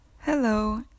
Hello